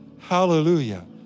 hallelujah